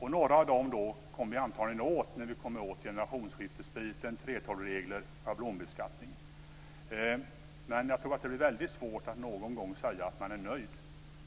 Några av dem kommer vi antagligen åt när vi kommer åt generationsskiften, 3:12-regler och schablonbeskattning. Men jag tror att det blir väldigt svårt att någon gång säga att man är nöjd.